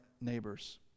neighbors